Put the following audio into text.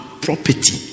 property